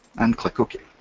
and click ok.